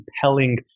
compelling